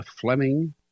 Fleming